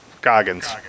Goggins